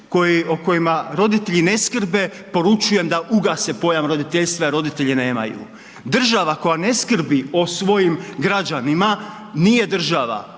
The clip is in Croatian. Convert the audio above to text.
o kojima roditelji ne skrbe poručujem da ugase pojam roditeljstva jer roditelje nemaju. Država koja ne skrbi o svojim građanima nije država.